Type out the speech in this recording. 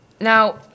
Now